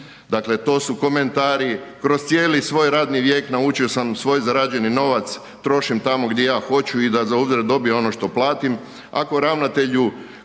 Dakle, to su komentari. Kroz cijeli svoj radni vijek naučio sam svoj zarađeni novac trošim tamo gdje ja hoću i da zauzvrat dobijem ono što platim,